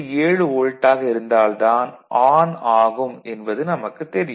7 வோல்ட்டாக இருந்தால் தான் ஆன் ஆகும் என்பது நமக்கு தெரியும்